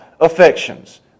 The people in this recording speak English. affections